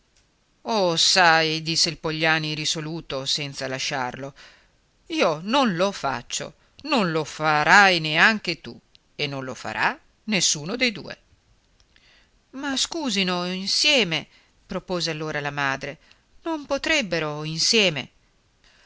oh sai disse il pogliani risoluto senza lasciarlo io non lo faccio non lo farai neanche tu e non lo farà nessuno dei due ma scusino insieme propose allora la madre non potrebbero insieme